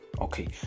okay